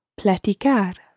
Platicar